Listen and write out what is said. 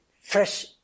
fresh